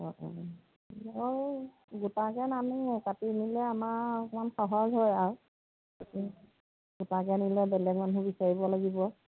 অঁ অঁ গোটাকে নানো কাটি নিলে আমাৰ অকমান সহজ হয় আৰু গোটাকে নিলে বেলেগ মানুহ বিচাৰিব লাগিব